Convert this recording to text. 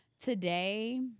Today